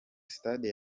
sitade